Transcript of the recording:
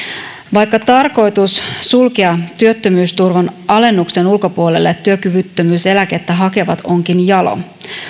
vaikka tarkoitus sulkea työttömyysturvan alennuksen ulkopuolelle työkyvyttömyyseläkettä hakevat onkin jalo